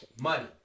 money